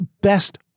Best